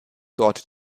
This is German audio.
dort